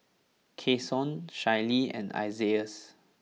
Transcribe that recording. Cason Shaylee and Isaias